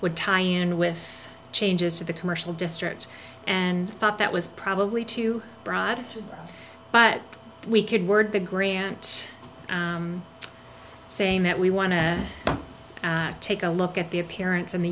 would tie in with changes to the commercial district and i thought that was probably too broad but we could word the grant saying that we want to take a look at the appearance and the